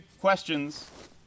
questions